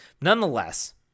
Nonetheless